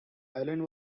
island